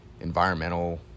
environmental